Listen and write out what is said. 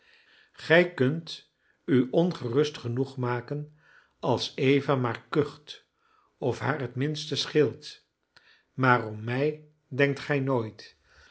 gij kunt u ongerust genoeg maken als eva maar kucht of haar het minste scheelt maar om mij denkt gij nooit